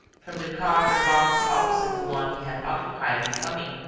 from the cot or box opposite the one he had occupied in coming,